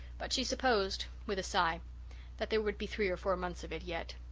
but she supposed with a sigh that there would be three or four months of it yet.